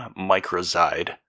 Microzide